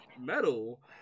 metal